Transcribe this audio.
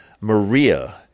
Maria